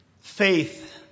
faith